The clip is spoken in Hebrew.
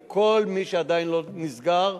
וכל מי שעדיין לא נסגר,